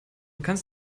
kannst